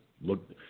look